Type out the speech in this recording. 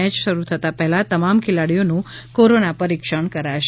match શરૂ થતાં પહેલાં તમામ ખેલાડીઓનું કોરોના પરિક્ષણ કરાશે